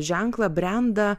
ženklą brendą